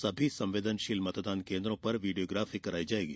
सभी संवदेनशील मतदान केन्द्रों पर वीडियोग्राफी करायी जाएगी